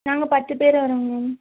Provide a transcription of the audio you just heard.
நாங்கள் பத்து பேர் வரோங்க மேம்